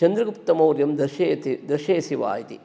चन्द्रगुप्तमौर्यं दर्शयति दर्शयसि वा इति